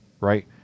right